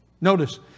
Notice